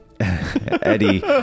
eddie